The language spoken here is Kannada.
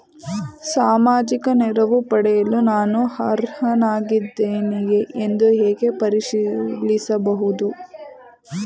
ಸಾಮಾಜಿಕ ನೆರವು ಪಡೆಯಲು ನಾನು ಅರ್ಹನಾಗಿದ್ದೇನೆಯೇ ಎಂದು ಹೇಗೆ ಪರಿಶೀಲಿಸಬಹುದು?